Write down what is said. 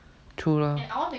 true lah